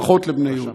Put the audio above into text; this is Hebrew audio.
ברכות לבני יהודה,